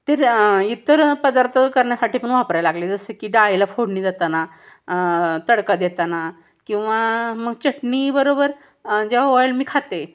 तर इतर पदार्थ करण्यासाठी पण वापरायला लागले जसं की डाळीला फोडणी देताना तडका देताना किंवा मग चटणीबरोबर जेव्हा ऑईल मी खाते